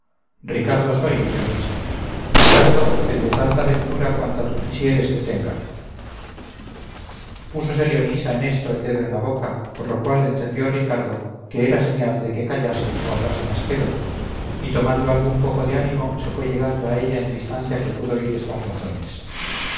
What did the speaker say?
ricardo soy leonisa ricardo el de tanta ventura cuanta tú quisieres que tenga púsose leonisa en esto el dedo en la boca por lo cual entendió ricardo que era señal de que callase o hablase más quedo y tomando algún poco de ánimo se fue llegando a ella en distancia que pudo oír estas razones